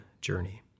journey